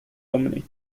dominate